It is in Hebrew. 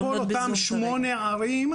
בכל אותן שמונה ערים,